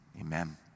amen